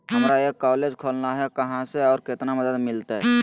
हमरा एक कॉलेज खोलना है, कहा से और कितना मदद मिलतैय?